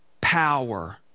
power